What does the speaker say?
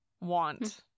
want